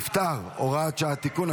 נפטר) (הוראת שעה) (תיקון,